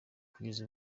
kugeza